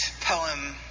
poem